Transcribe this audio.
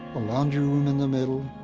a laundry room in the middle.